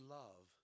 love